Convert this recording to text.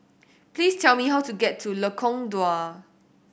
please tell me how to get to Lengkong Dua